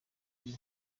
rwe